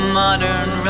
modern